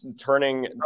turning